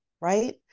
right